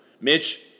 Mitch